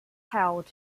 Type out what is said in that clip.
held